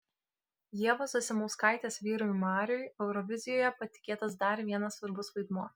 ievos zasimauskaitės vyrui mariui eurovizijoje patikėtas dar vienas svarbus vaidmuo